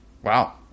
Wow